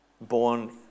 born